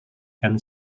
and